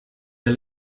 der